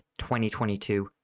2022